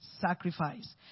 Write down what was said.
sacrifice